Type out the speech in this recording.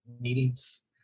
meetings